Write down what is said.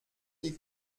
die